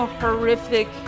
horrific